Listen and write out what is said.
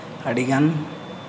ᱟᱹᱰᱤᱜᱟᱱ